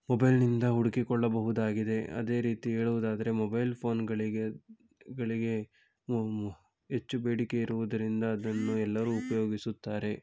ಮೊಬೈಲ್ನಿಂದ ಹುಡುಕಿಕೊಳ್ಳಬಹುದಾಗಿದೆ ಅದೇ ರೀತಿ ಹೇಳುವುದಾದರೆ ಮೊಬೈಲ್ ಫೋನ್ಗಳಿಗೆ ಗಳಿಗೆ ಮೊ ಹೆಚ್ಚು ಬೇಡಿಕೆ ಇರುವುದರಿಂದ ಅದನ್ನು ಎಲ್ಲರೂ ಉಪಯೋಗಿಸುತ್ತಾರೆ